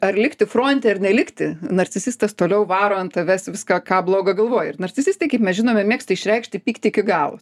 ar likti fronte ar nelikti narcisistas toliau varo ant tavęs viską ką blogo galvoja ir narcisistai kaip mes žinome mėgsta išreikšti pyktį iki galo